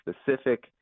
specific